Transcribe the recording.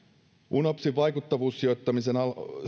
unopsin vaikuttavuussijoittamisen